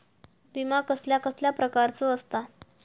विमा कसल्या कसल्या प्रकारचो असता?